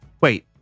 wait